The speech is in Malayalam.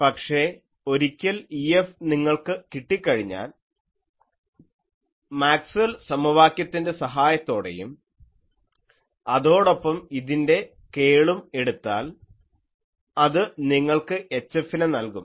പക്ഷേ ഒരിക്കൽ EFനിങ്ങൾക്ക് കിട്ടിക്കഴിഞ്ഞാൽ മാക്സ്വെൽ സമവാക്യത്തിൻ്റെ സഹായത്തോടെയും അതോടൊപ്പം ഇതിൻറെ കേളും എടുത്താൽ അതു നിങ്ങൾക്ക് HFനെ നൽകും